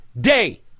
day